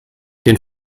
den